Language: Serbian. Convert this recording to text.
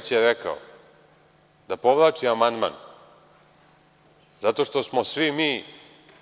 Goran Ješić je rekao da povlači amandman, zato što smo svi mi